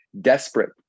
desperate